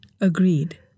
Agreed